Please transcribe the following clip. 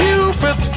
Cupid